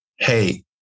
Hey